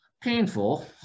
Painful